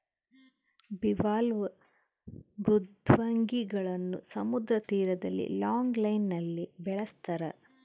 bivalve ಮೃದ್ವಂಗಿಗಳನ್ನು ಸಮುದ್ರ ತೀರದಲ್ಲಿ ಲಾಂಗ್ ಲೈನ್ ನಲ್ಲಿ ಬೆಳಸ್ತರ